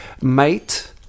mate